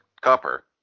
copper